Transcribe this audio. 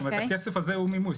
הכסף הזה הוא מימוש,